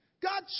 God